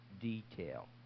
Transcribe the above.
detail